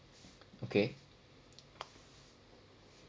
okay